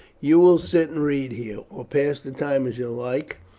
you will sit and read here, or pass the time as you like,